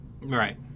right